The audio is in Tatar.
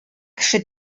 кеше